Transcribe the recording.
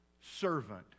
servant